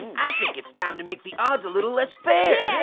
i think it's time to make the odds a little less fair.